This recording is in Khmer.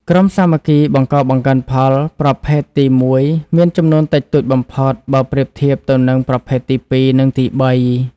ក្រុមសាមគ្គីបង្កបង្កើនផលប្រភេទទី១ មានចំនួនតិចតួចបំផុត បើប្រៀបធៀបទៅនឹងប្រភេទទី២ និងទី៣។